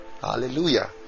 hallelujah